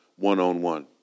One-on-one